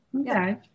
Okay